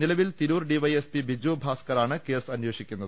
നിലവിൽ തിരൂർ ഡിവൈഎസ്പി ബിജു ഭാസ്ക റാണ് കേസ് അന്വേഷിക്കുന്നത്